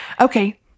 Okay